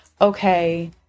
okay